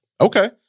Okay